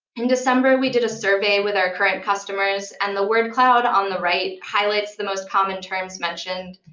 in december, we did a survey with our current customers, and the word cloud on the right highlights the most common terms mentioned.